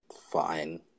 fine